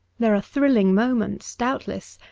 there are thrilling moments, doubtless,